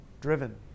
driven